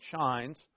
shines